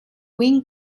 wing